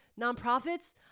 nonprofits